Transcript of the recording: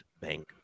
Bank